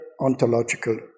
ontological